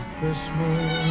Christmas